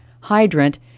hydrant